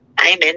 Amen